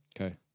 Okay